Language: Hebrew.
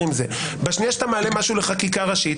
בשנייה שאתה מעלה משהו לחקיקה ראשית,